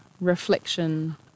reflection